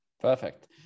Perfect